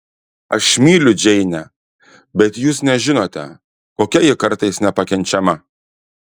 aš myliu džeinę bet jūs nežinote kokia ji kartais nepakenčiama